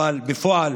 אבל בפועל